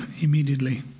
immediately